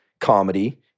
comedy